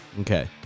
Okay